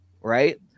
right